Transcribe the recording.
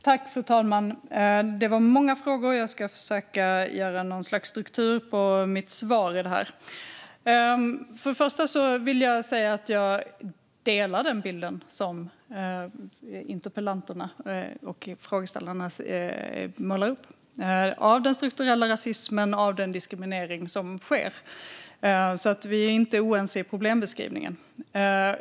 Fru talman! Det var många frågor - jag ska försöka att få något slags struktur på mitt svar. Först vill jag säga att jag delar den bild som interpellanten och frågeställarna målar upp av den strukturella rasismen och av den diskriminering som sker, så vi är inte oense när det gäller problembeskrivningen.